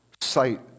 sight